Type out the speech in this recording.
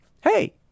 hey